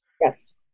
Yes